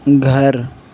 گھر